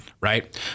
right